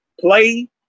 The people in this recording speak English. play